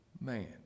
man